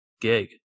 gig